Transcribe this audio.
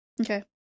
okay